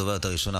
הדוברת הראשונה,